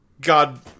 God